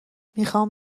میخام